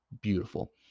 beautiful